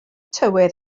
tywydd